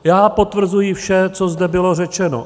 Já potvrzuji vše, co zde bylo řečeno.